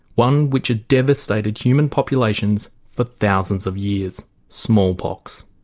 one which had devastated human populations for thousands of years smallpox.